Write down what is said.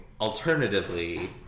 alternatively